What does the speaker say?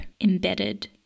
embedded